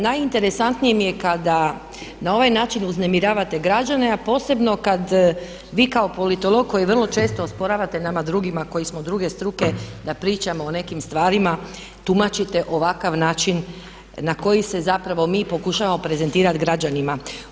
Najinteresantnije mi je kada na ovaj način uznemiravate građane a posebno kad vi kao politolog koji vrlo često osporavate nama drugima koji smo druge struke da pričamo o nekim stvarima, tumačite ovakav način, na koji se zapravo mi pokušamo prezentirati građanima.